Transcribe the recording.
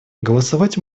голосовать